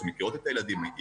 שמכירות את הילדים.